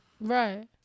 Right